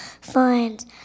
finds